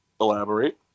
Elaborate